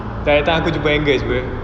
by that time aku jumpa angus [pe]